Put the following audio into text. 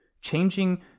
Changing